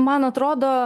man atrodo